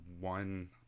one